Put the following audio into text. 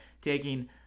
taking